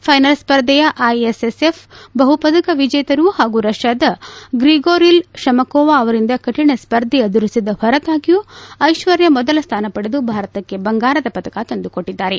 final ಸ್ಪರ್ಧೆಯಲ್ಲಿ ಐಎಸ್ಎಸ್ಎಫ್ನ ಬಹು ಪದಕ ವಿಜೇತರು ಹಾಗೂ ರಷ್ಲಾದ ಗ್ರಿಗೊರಿಲ್ ತಮಕೊವಾ ಅವರಿಂದ ಕಠಿಣ ಸ್ಪರ್ಧೆ ಎದುರಿಬದ ಹೊರತಾಗಿಯೂ ಐಶ್ವರ್ಯ ಮೊದಲ ಸ್ಥಾನ ಪಡೆದು ಭಾರತಕ್ಕೆ ಬಂಗಾರ ಪದಕ ತಂದುಕೊಟ್ಟದ್ದಾರೆ